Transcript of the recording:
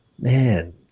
man